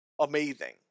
amazing